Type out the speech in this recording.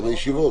כמה ישיבות?